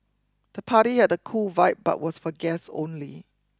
the party had a cool vibe but was for guests only